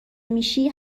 میشی